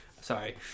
Sorry